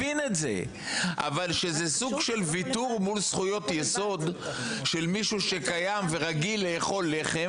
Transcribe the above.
אבל שזה סוג של ויתור מול זכויות יסוד של מישהו שקיים ורגיל לאכול לחם